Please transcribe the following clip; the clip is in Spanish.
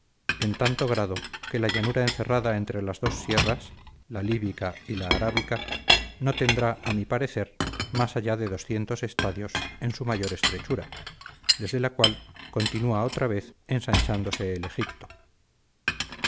en tanto grado que la llanura encerrada entre las dos sierras la líbica y la arábica no tendrá a mi parecer más allá de estadios en su mayor estrechura desde la cual continúa otra vez ensanchándose el egipto